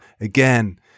Again